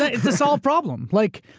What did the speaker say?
ah it's a solved problem. like,